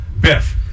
Biff